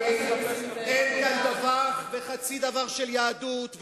אין כאן דבר וחצי דבר של יהדות,